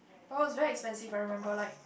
but was very expensive I remember like